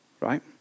right